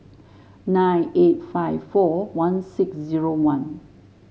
nine eight five four one six zero one